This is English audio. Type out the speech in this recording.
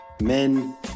men